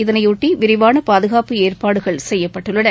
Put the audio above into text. இதனையொட்டி விரிவான பாதுகாப்பு ஏற்பாடுகள் செய்யப்பட்டுள்ளன